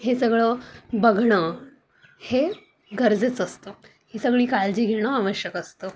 हे सगळं बघणं हे गरजेच असतं ही सगळी काळजी घेणं आवश्यक असतं